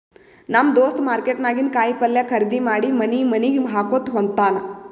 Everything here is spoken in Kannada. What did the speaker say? ನಮ್ ದೋಸ್ತ ಮಾರ್ಕೆಟ್ ನಾಗಿಂದ್ ಕಾಯಿ ಪಲ್ಯ ಖರ್ದಿ ಮಾಡಿ ಮನಿ ಮನಿಗ್ ಹಾಕೊತ್ತ ಹೋತ್ತಾನ್